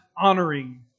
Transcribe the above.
honoring